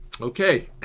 Okay